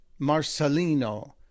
Marcelino